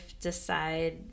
decide